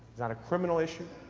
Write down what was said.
not a criminal issue,